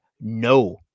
no